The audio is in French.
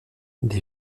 des